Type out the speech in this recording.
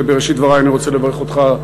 בראשית דברי אני רוצה לברך אותך,